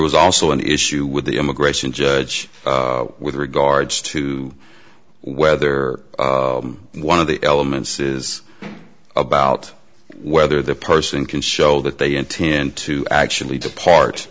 was also an issue with the immigration judge with regards to whether one of the elements is about whether the person can show that they intend to actually depart